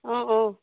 অঁ অঁ